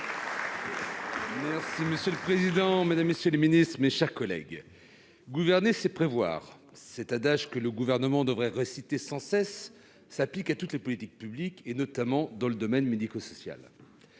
Monsieur le président, mesdames, messieurs les ministres, mes chers collègues, « gouverner, c'est prévoir ». Cet adage, que le Gouvernement devrait réciter sans cesse, s'applique à toutes les politiques publiques, notamment dans le domaine médico-social.